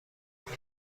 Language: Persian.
مدرک